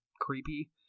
creepy